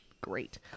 great